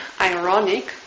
ironic